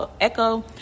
echo